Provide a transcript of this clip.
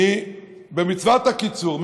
במצוות הקיצור,